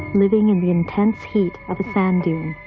living in the intense heat of a sand dune.